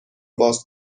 باز